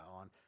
on